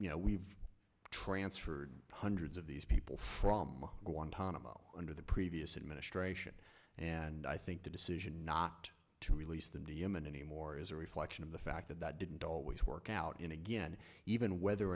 you know we've transferred hundreds of these people from guantanamo under the previous administration and i think the decision not to release them to yemen anymore is a reflection of the fact that that didn't always work out in again even whether